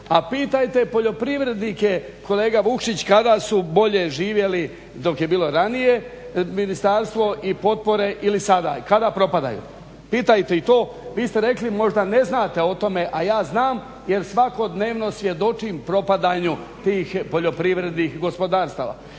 A pitajte poljoprivrednike, kolega Vukšić kada su bolje živjeli, dok je bilo ranije ministarstvo i potpore ili sada i kada propadaju? Pitajte i to. Vi ste rekli možda ne znate o tome, a ja znam jer svakodnevno svjedočim propadanju tih poljoprivrednih gospodarstava.